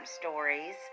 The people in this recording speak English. stories